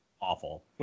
Awful